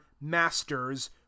masters